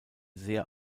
sehr